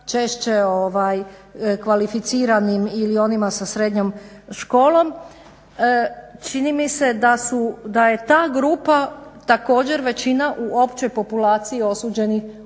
češće kvalificiranim ili onima sa srednjom školom. Čini mi se da je ta grupa također većina u općoj populaciji osuđenih osoba,